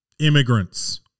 immigrants